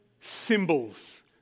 symbols